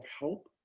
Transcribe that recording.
help